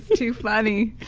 too funny.